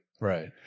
right